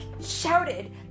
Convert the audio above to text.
shouted